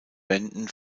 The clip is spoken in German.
wenden